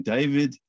David